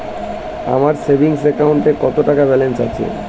আমার সেভিংস অ্যাকাউন্টে কত টাকা ব্যালেন্স আছে?